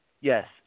Yes